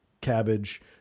cabbage